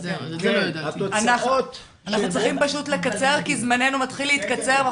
אנחנו צריכים פשוט לקצר כי זמננו מתחיל להתקצר,